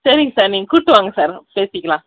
சரிங்க சார் நீங்கள் கூபிட்டு வாங்க சார் பேசிக்கலாம்